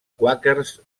quàquers